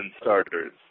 starters